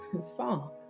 song